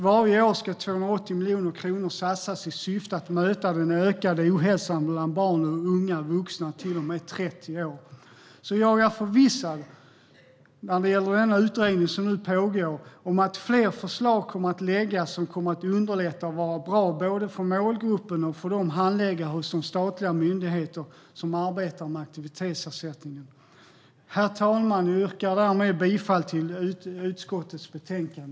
Varje år ska 280 miljoner kronor satsas i syfte att möta den ökande ohälsan bland barn och unga vuxna i åldern till och med 30 år. När det gäller den utredning som nu pågår är jag förvissad om att fler förslag kommer att läggas som kommer att underlätta och vara bra både för målgruppen och för de handläggare hos de statliga myndigheter som arbetar med aktivitetsersättningen. Herr talman! Härmed yrkar jag bifall till utskottets förslag.